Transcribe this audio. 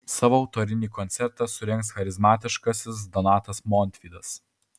savo autorinį koncertą surengs charizmatiškasis donatas montvydas